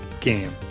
game